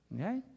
okay